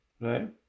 Right